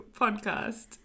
podcast